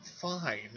fine